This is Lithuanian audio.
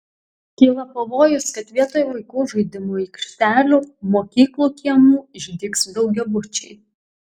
kyla pavojus kad vietoj vaikų žaidimų aikštelių mokyklų kiemų išdygs daugiabučiai